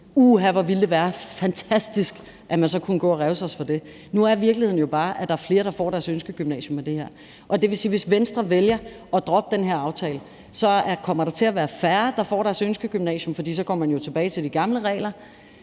Uha, hvor ville det være fantastisk, at man så kunne gå og revse os for det. Nu er virkeligheden bare, at der er flere, der kommer på deres ønskegymnasium med det her, og det vil sige, at hvis Venstre vælger at droppe den her aftale, så kommer der til at være færre, der kommer på deres ønskegymnasium, for så går man jo tilbage til de gamle regler.